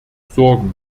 sorgen